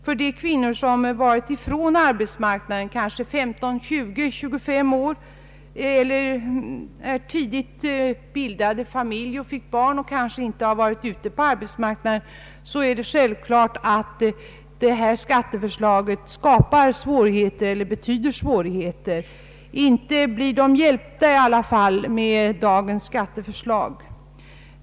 För de kvinnor som har varit ifrån arbetsmarknaden under kanske 15—20—25 år eller tidigt bildade familj och fick barn och kanske inte har varit ute på arbetsmarknaden är det självklart att detta skatteförslag skapar svårigheter. I alla fall blir de inte hjälpta av dagens skatteförslag.